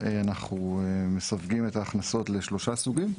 אנחנו מסווגים את ההכנסות לשלושה סוגים: